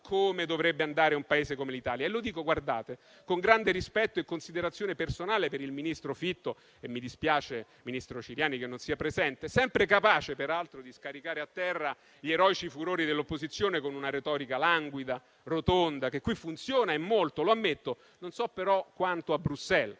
come dovrebbe andare un Paese come l'Italia. Lo dico con grande rispetto e considerazione personale per il ministro Fitto - mi dispiace, ministro Ciriani, che non sia presente - sempre capace peraltro di scaricare a terra gli eroici furori dell'opposizione, con una retorica languida, rotonda, che qui funziona e molto, lo ammetto, non so però quanto a Bruxelles.